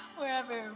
wherever